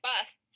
busts